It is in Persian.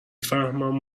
فهمم